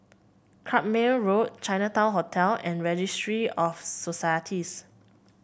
Carpmael Road Chinatown Hotel and Registry of Societies